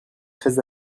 très